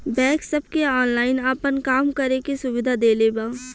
bank सबके online आपन काम करे के सुविधा देले बा